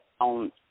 on